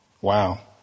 Wow